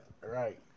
Right